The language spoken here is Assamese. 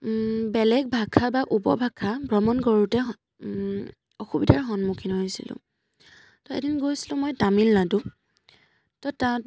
বেলেগ ভাষা বা উপভাষা ভ্ৰমণ কৰোঁতে অসুবিধাৰ সন্মুখীন হৈছিলোঁ তো এদিন গৈছিলোঁ মই তামিলনাডু তো তাত